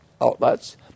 outlets